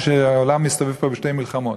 אמרתי שהעולם מסתובב פה בשתי מלחמות,